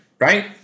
Right